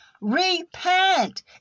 Repent